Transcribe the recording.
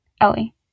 Ellie